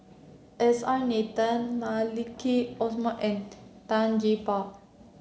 S R Nathan Maliki Osman and Tan Gee Paw